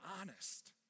honest